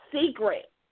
secret